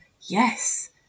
yes